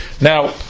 Now